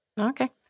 Okay